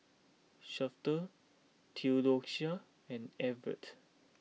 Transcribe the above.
Shafter Theodocia and Evette